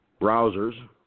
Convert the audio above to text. browsers